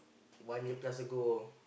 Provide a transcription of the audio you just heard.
one year plus ago